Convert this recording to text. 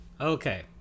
Okay